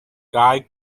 guy